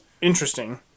interesting